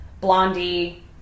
Blondie